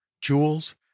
jewels